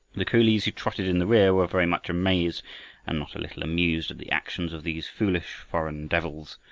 the coolies who trotted in the rear were very much amazed and not a little amused at the actions of these foolish foreign devils,